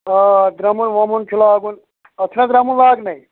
آ درٛمُن وَمُن چھُ لاگُن اَتھ چھُنہ درٛمُن لاگنَے